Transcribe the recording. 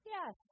Yes